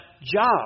job